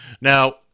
now